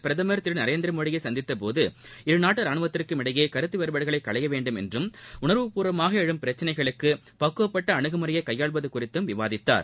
பிரதமர் திரு நரேந்திரமோடியை சந்தித்தபோது இரு நாட்டு ராணுவத்திற்குமிடையே கருத்து வேறுபாடுகளை களையவேண்டும் என்றும் உணர்வப்பூர்வமாக எழும் பிரச்சளைகளுக்கு பக்குவப்பட்ட அனுகுமுறையை கையாள்வது குறித்தும் விவாதித்தார்